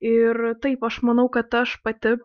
ir taip aš manau kad aš pati